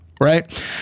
right